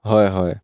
হয় হয়